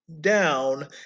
down